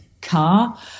car